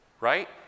Right